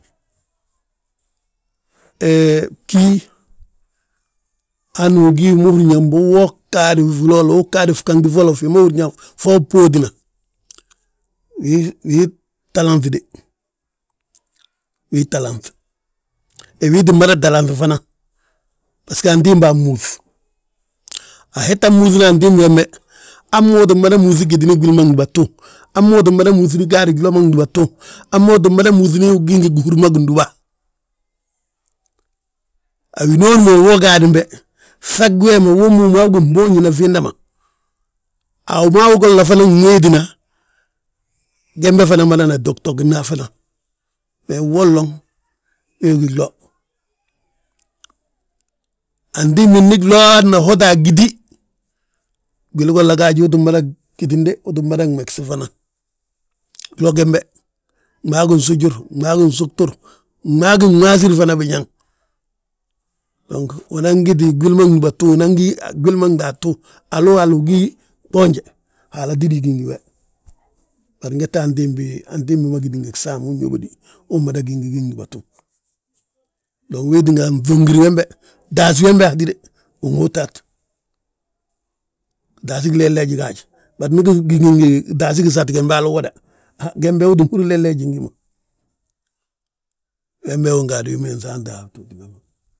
Hee bgí, hanu húri yaa mbo woo ggaadi wiloolo uu ggaadi fnganti folo fi ma húrin yaa fe bbówtina. Wii ttalanŧ de, wii ttalanŧ, we wii tti mada talanŧi fana, basgo antimbaa múŧ a jetan múŧina antimbi wembe, hamma uu ttim mada gitini gwili ma gdúbatu, hamma uu ttin made glo ma gdúbatu, hamma uu ttim mada múŧi gaade gihúri ma gidúba. A winooni we gaadim be, ŧag wee ma, wommu wi ma gí fboonjina fiinda ma. A wu boonji wola fana nwéetina, gembe fana madana totogna fana. Me uwod loŋ, wee gí glo, antimbi ngi glo anan woti a gíti, antimbi ndi glo ana hota agiti, gwili golla gaaj, uu tti mada gitin de uu tti mada gmegesi fana. Glo gembe gmaagi nsujur, gmaagi sugtur, gmaagi nwaasir fana biñaŋ. Dong unan giti gwili ma gdúbatu, hú nan gí gwili ma ndaatu, haloo hal ugí gboonje, Haala tídi gi ngi we, bari ngette antimbi hi, antimbi ma gini ngi gsaam, unyóbodi, uu mmada gí ngi gi gdúbatu. Dong wee tínga nŧongir wembe, taasí wembe hatide, wi ŋóota hat; Taasí gilee leeji gaaj, bari ndi we gí ngi taasí gisati gembe hala uwoda gembe, ha gembe wii leleeji ngi gí ma, wembe wi ngaadu wi ma nsaanti a btooti ma.